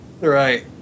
Right